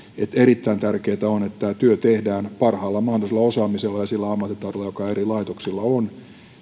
että erittäin tärkeätä on että työ tehdään parhaalla mahdollisella osaamisella ja sillä ammattitaidolla joka eri laitoksilla on